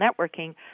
networking